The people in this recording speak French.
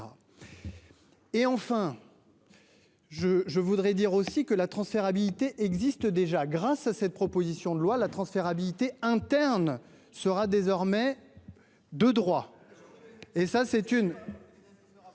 Et enfin. Je, je voudrais dire aussi que la transférabilité existent déjà. Grâce à cette proposition de loi la transférabilité interne sera désormais. De droit. Et ça c'est une.